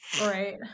right